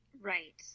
Right